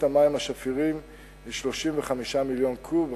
המים השפירים היא 35,000 מיליון קוב.